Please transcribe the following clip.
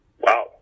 Wow